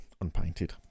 unpainted